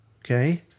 okay